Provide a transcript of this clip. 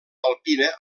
alpina